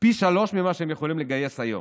פי שלושה ממה שהם יכולים לגייס היום,